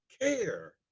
care